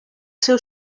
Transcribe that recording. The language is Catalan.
seu